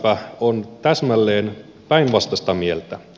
imf on täsmälleen päinvastaista mieltä